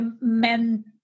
men